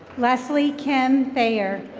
leslie kim fair.